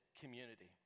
community